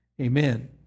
amen